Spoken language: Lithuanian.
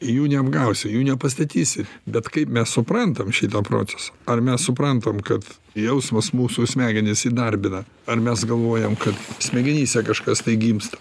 jų neapgausi jų nepastatysi bet kaip mes suprantam šitą procesą ar mes suprantam kad jausmas mūsų smegenis įdarbina ar mes galvojam kad smegenyse kažkas tai gimsta